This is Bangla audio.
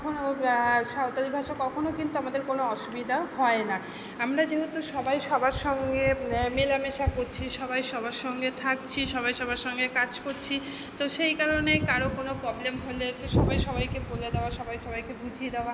কখনো সাঁওতালি ভাষা কখনো কিন্তু আমাদের কোনো অসুবিধা হয় না আমরা যেহেতু সবাই সবার সঙ্গে মেলামেশা করছি সবাই সবার সঙ্গে থাকছি সবাই সবার সঙ্গে কাজ করছি তো সেই কারণেই কারো কোনো প্রলেম হলে তো সবাই সবাইকে বলে দেওয়া সবাই সবাইকে বুঝিয়ে দেওয়া